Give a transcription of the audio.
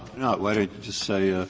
not? why not just say,